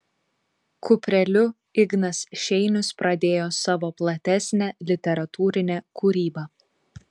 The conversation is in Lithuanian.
kupreliu ignas šeinius pradėjo savo platesnę literatūrinę kūrybą